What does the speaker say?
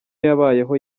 yabayeho